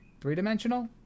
three-dimensional